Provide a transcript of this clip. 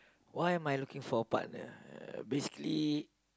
why am I looking for a partner uh basically